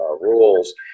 rules